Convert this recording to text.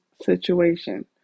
situation